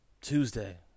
Tuesday